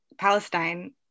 Palestine